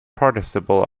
participle